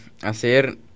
hacer